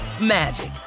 magic